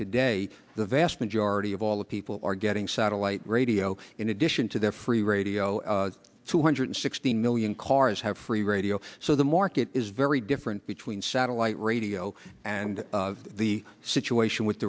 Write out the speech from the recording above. today the vast majority of all the people are getting satellite radio in addition to their free radio two hundred sixteen million cars have free radio so the market is very different between satellite radio and the situation with